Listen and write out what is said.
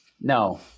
No